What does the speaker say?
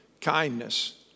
kindness